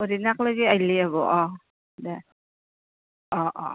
পৰহিদিনাকলৈকে আহিলি হব অঁ দে অঁ অঁ